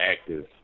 active